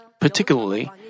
Particularly